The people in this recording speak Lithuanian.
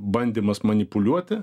bandymas manipuliuoti